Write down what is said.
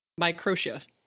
Microtia